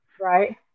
Right